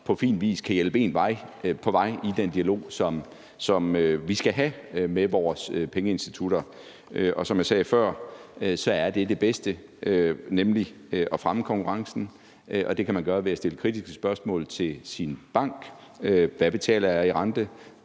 på fin vis kan hjælpe en på vej i den dialog, som vi skal have med vores pengeinstitutter. Og som jeg sagde før, er det det bedste, nemlig at fremme konkurrencen, det kan man gøre ved at stille kritiske spørgsmål til sin bank: Hvad betaler jeg i rente?